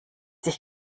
sich